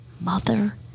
mother